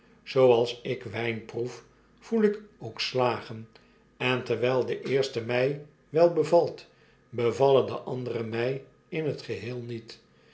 zooals ik wjjn proef voel ik ook slagen en terwijl de eerste mjj wel bevalt bevallen de andere raij in het geheel niet